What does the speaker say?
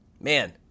Man